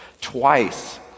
Twice